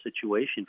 situation